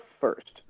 first